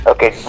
Okay